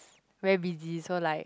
very busy so like